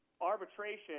arbitration